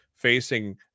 facing